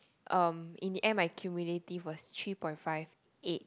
um in the end my cumulative was three point five eight